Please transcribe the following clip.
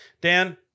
Dan